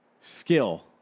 skill